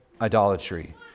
idolatry